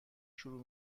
شروع